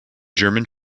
german